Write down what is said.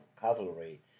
cavalry